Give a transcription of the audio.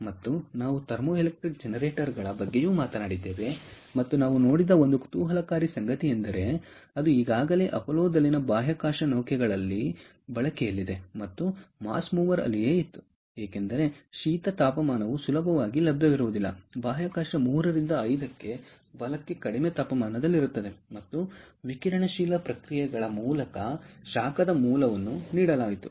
ಮತ್ತು ನಾವು ಥರ್ಮೋಎಲೆಕ್ಟ್ರಿಕ್ ಜನರೇಟರ್ಗಳ ಅಪ್ಲಿಕೇಶನ್ಗಳ ಬಗ್ಗೆಯೂ ಮಾತನಾಡಿದ್ದೇವೆ ಮತ್ತು ನಾವು ನೋಡಿದ ಒಂದು ಕುತೂಹಲಕಾರಿ ಸಂಗತಿಯೆಂದರೆ ಅದು ಈಗಾಗಲೇ ಅಪೊಲೊದಲ್ಲಿನ ಬಾಹ್ಯಾಕಾಶ ನೌಕೆಗಳಲ್ಲಿ ಬಳಕೆಯಲ್ಲಿದೆ ಮತ್ತು ಮಾಸ್ ಮೂವರ್ ಅಲ್ಲಿಯೇ ಇತ್ತು ಏಕೆಂದರೆ ಶೀತ ತಾಪಮಾನವು ಸುಲಭವಾಗಿ ಲಭ್ಯವಿರುವುದರಿಂದ ಬಾಹ್ಯಾಕಾಶ 3 ರಿಂದ 5 ಕೆ ಬಲಕ್ಕೆ ಕಡಿಮೆ ತಾಪಮಾನದಲ್ಲಿರುತ್ತದೆ ಮತ್ತು ವಿಕಿರಣಶೀಲ ಪ್ರತಿಕ್ರಿಯೆಗಳ ಮೂಲಕ ಶಾಖದ ಮೂಲವನ್ನು ನೀಡಲಾಯಿತು